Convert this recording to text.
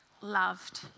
loved